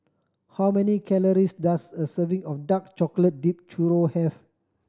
how many calories does a serving of dark chocolate dipped churro have